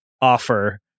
offer